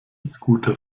scooter